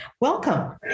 Welcome